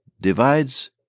divides